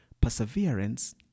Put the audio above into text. Perseverance